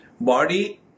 Body